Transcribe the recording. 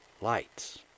lights